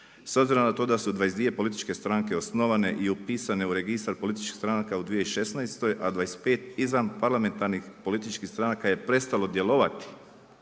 S obzirom na to da su 22 političke stranke osnovane i upisane u Registar političkih stranaka u 2016., a 25 izvan parlamentarnih političkih stranaka je prestalo djelovati